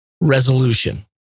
resolution